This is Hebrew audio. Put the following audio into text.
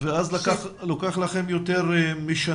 ואז לוקח לכם יותר משנה,